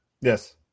Yes